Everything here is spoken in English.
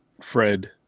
Fred